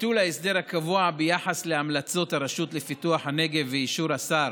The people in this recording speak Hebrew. ביטול ההסדר הקבוע ביחס להמלצות הרשות לפיתוח הנגב ואישור השר